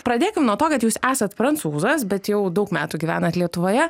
pradėkim nuo to kad jūs esat prancūzas bet jau daug metų gyvenat lietuvoje